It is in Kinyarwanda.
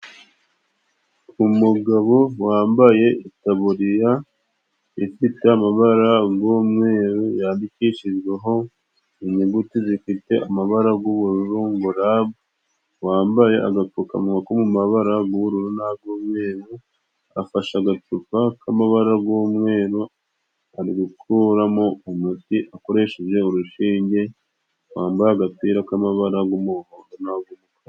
Umugabo wambaye itaburiya ifite amabara g' umweru yandikishijweho inyuguti zifite amabara g'ubururu ngo rabu, wambaye agapfukamunwa ko mu mabara g'ubururu n'ag'umweru afashe agacupa k'amabara g' umweru ari gukuramo umuti akoresheje urushinge, wambaye agapira k'amabara g'umuhondo na...